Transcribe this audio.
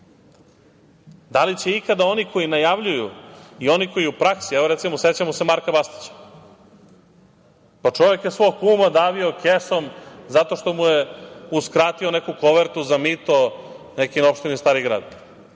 li će ikada oni koji najavljuju i oni koji u praksi, evo, recimo, sećamo se Marka Bastaća, pa čovek je svog kuma davio kesom zato što mu je uskratio neku kovertu za mito neki na opštini Stari Grad.